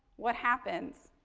what happens?